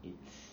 it's